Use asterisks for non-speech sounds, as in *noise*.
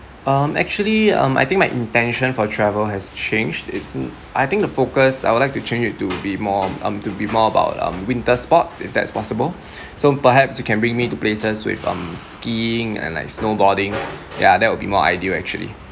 um actually um I think my intention for travel has changed its n~ I think the focus I would like to change it to be more um to be more about um winter sports if that's possible *breath* so perhaps you can bring me to places with um skiing and like snowboarding yeah that would be more ideal actually